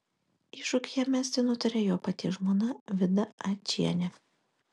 iššūkį jam mesti nutarė jo paties žmona vida ačienė